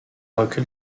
recule